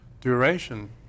Duration